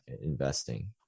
investing